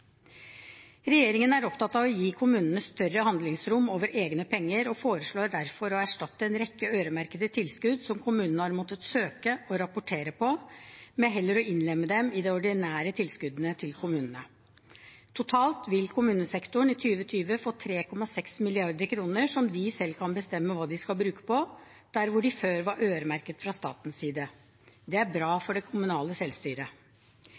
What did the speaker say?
Regjeringen er opptatt av å gi kommunene større handlingsrom over egne penger og foreslår derfor å erstatte en rekke øremerkede tilskudd som kommunene har måttet søke om og rapportere på, med heller å innlemme dem i de ordinære tilskuddene til kommunene. Totalt vil kommunesektoren i 2020 få 3,6 mrd. kr som de selv kan bestemme hva de skal bruke på, der hvor de før var øremerket fra statens side. Det er bra for det kommunale selvstyret.